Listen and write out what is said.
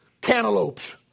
cantaloupes